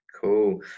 Cool